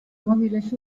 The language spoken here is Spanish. móviles